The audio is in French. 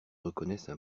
reconnaissent